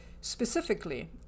Specifically